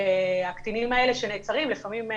והקטינים האלה שנעצרים לפעמים,